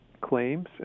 claims